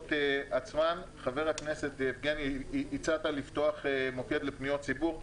חבר הכנסת יגבני, הצעת לפתוח מוקד לפניות הציבור.